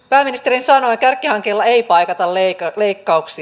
pääministerin sanoin kärkihankkeilla ei paikata leikkauksia